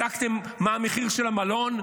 בדקתם מה המחיר של המלון?